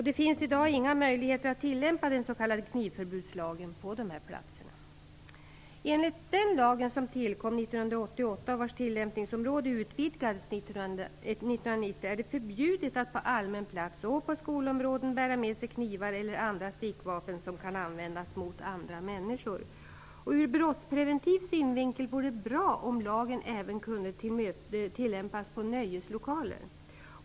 Det finns i dag inga möjligheter att tillämpa den s.k. knivförbudslagen på de här platserna. Enligt den lagen, som tillkom 1988 och vars tillämpningsområde utvidgades 1990, är det förbjudet att på allmän plats och på skolområden bära med sig knivar eller andra stickvapen som kan användas mot andra människor. Ur brottspreventiv synvinkel vore det bra om lagen även kunde tillämpas på nöjeslokaler.